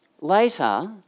Later